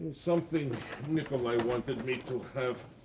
something nicolae wanted me to have.